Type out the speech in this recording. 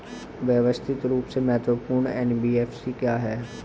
व्यवस्थित रूप से महत्वपूर्ण एन.बी.एफ.सी क्या हैं?